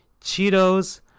Cheetos